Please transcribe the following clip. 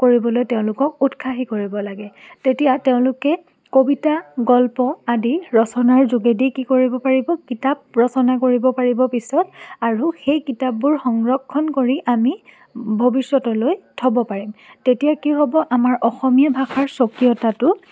কৰিবলৈ তেওঁলোকক উৎসাহী কৰিব লাগে তেতিয়া তেওঁলোকে কবিতা গল্প আদি ৰচনাৰ যোগেদি কি কৰিব পাৰিব কিতাপ ৰচনা কৰিব পাৰিব পিছত আৰু সেই কিতাপবোৰ সংৰক্ষণ কৰি আমি ভৱিষ্যতলৈ থ'ব পাৰিম তেতিয়াই কি হ'ব আমাৰ অসমীয়া ভাষাৰ স্বকীয়তাটো